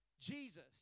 Jesus